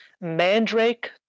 Mandrake